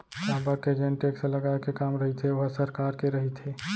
काबर के जेन टेक्स लगाए के काम रहिथे ओहा सरकार के रहिथे